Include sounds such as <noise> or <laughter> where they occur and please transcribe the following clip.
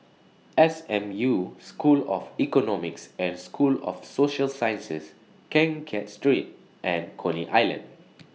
S M U School of Economics and School of Social Sciences Keng Kiat Street and Coney Island <noise>